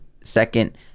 second